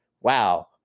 wow